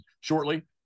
shortly